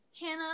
Hannah